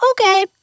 okay